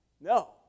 No